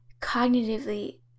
cognitively